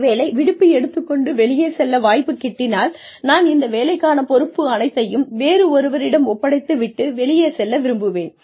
ஒருவேளை விடுப்பு எடுத்து கொண்டு வெளியே செல்ல வாய்ப்பு கிட்டினால் நான் இந்த வேலைக்கான பொறுப்பு அனைத்தையும் வேறு ஒருவரிடம் ஒப்படைத்து விட்டு வெளியே செல்ல விரும்புவேன்